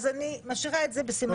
אז אני משאירה את זה בסימן שאלה.